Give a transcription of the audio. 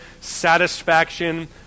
satisfaction